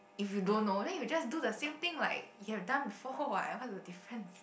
if you don't know then you'll just do the same thing like you have done before what what's the difference